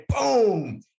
boom